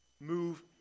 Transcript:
move